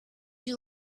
you